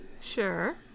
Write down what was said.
Sure